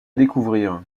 découvrir